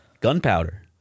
Gunpowder